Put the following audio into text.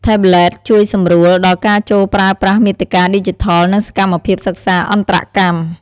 ថេបប្លេត (Tablet) ជួយសម្រួលដល់ការចូលប្រើប្រាស់មាតិកាឌីជីថល និងសកម្មភាពសិក្សាអន្តរកម្ម។